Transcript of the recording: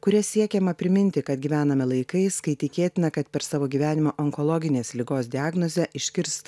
kuria siekiama priminti kad gyvename laikais kai tikėtina kad per savo gyvenimą onkologinės ligos diagnozę išgirs